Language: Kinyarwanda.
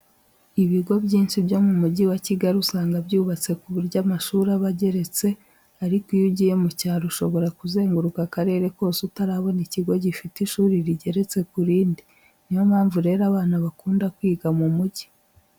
Ibigo byinshi byo mu Mujyi wa Kigali usanga byubatse ku buryo amashuri aba ageretse, ariko iyo ugiye mu cyaro ushobora kuzenguruka akarere kose utarabona ikigo gifite ishuri rigeretse ku rindi. Ni yo mpamvu rero abana bakunda kwiga mu mujyi.